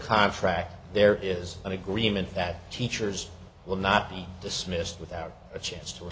contract there is an agreement that teachers will not be dismissed without a chance to